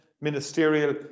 ministerial